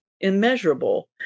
immeasurable